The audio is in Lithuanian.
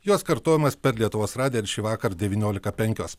jos kartojamos per lietuvos radiją ir šįvakar devyniolika penkios